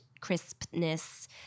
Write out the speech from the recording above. crispness